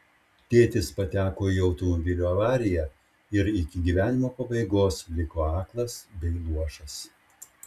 tėtis pateko į automobilio avariją ir iki gyvenimo pabaigos liko aklas bei luošas